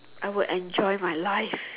I would enjoy my life